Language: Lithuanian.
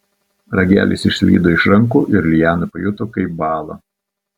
ragelis išslydo iš rankų ir liana pajuto kaip bąla